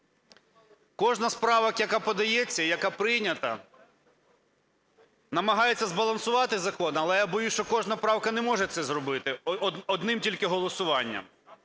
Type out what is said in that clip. Кожна з правок, яка подається і яка прийнята, намагається збалансувати закон. Але я боюсь, що кожна правка не може це зробити одним тільки голосуванням.